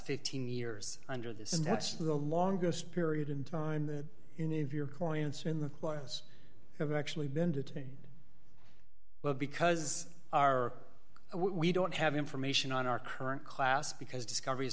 fifteen years under this is that's the longest period in time the in the of your clients in the class have actually been detained well because our we don't have information on our current class because discover